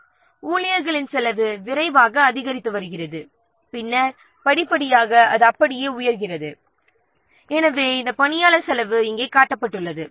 எனவே ஊழியர்களின் செலவு விரைவாக அதிகரித்து வருகிறது பின்னர் படிப்படியாக அது அப்படியே உயர்கிறது எனவே இந்த பணியாளர் செலவு இங்கே காட்டப்பட்டுள்ளது